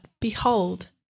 behold